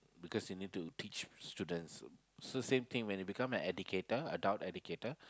because you need to teach students so same thing when you become an educator adult educator